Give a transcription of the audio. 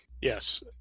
Yes